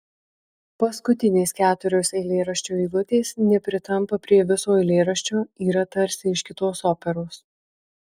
paskutinės keturios eilėraščio eilutės nepritampa prie viso eilėraščio yra tarsi iš kitos operos